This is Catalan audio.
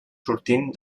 sortint